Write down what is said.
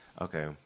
Okay